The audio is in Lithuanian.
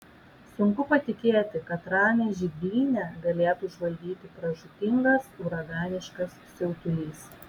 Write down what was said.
sunku patikėti kad ramią žydrynę galėtų užvaldyti pražūtingas uraganiškas siautulys